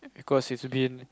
because it's been